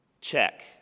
check